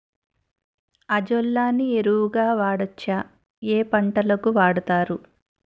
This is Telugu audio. అజొల్లా ని ఎరువు గా వాడొచ్చా? ఏ పంటలకు వాడతారు?